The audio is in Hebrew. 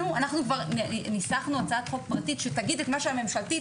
אנחנו כבר ניסחנו הצעת חוק פרטית שתגיד את מה שהממשלתית,